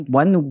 one